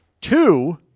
Two